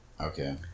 okay